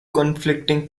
conflicting